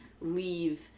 leave